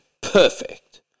Perfect